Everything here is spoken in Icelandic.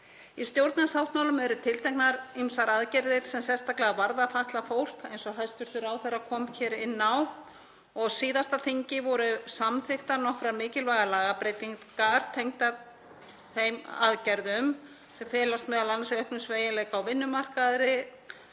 Í stjórnarsáttmálanum eru tilteknar ýmsar aðgerðir sem sérstaklega varða fatlað fólk, eins og hæstv. ráðherra kom hér inn á. Á síðasta þingi voru samþykktar nokkrar mikilvægar lagabreytingar tengdar þeim aðgerðum sem felast m.a. í auknum sveigjanleika á vinnumarkaði,